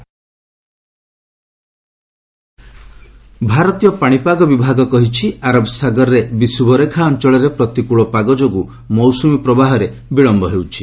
IMD monsoon ଭାରତୀୟ ପାଣିପାଗ ବିଭାଗ କହିଛି ଆରବ ସାଗରରେ ବିଷୁବ ରେଖା ଅଞ୍ଚଳରେ ପ୍ରତିକୃଳ ପାଗ ଯୋଗୁଁ ମୌସୁମୀ ପ୍ରବାହରେ ବିଳମ୍ୟ ହେଉଛି